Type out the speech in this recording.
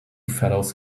fellows